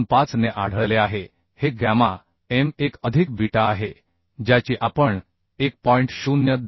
25 ने आढळले आहे हे गॅमा m 1 अधिक बीटा आहे ज्याची आपण 1